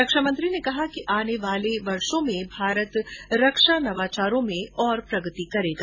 रक्षा मंत्री ने कहा कि आने वाले वर्षों में भारत रक्षा नवाचारों में और प्रगति करेगा